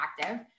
active